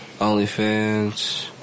OnlyFans